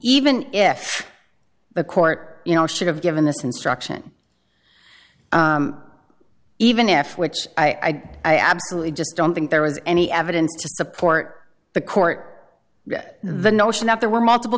even if the court you know should have given this instruction even if which i i absolutely just don't think there was any evidence to support the court the notion that there were multiple